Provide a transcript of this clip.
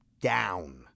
down